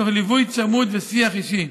תוך ליווי צמוד ושיח אישי.